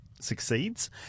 succeeds